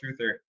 truther